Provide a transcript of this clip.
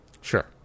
Sure